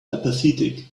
apathetic